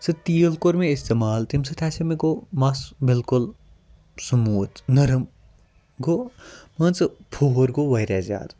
سُہ تیٖل کوٚر مےٚ اِستعمال تمہِ سۭتۍ ہَسا مےٚ گوٚو مَس بِلکُل سُمودتھ نرم گوٚو مان ژٕ پھُہُر گوٚو واریاہ زیادٕ